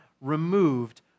removed